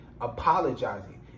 Apologizing